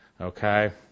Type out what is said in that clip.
Okay